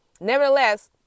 nevertheless